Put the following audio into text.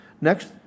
Next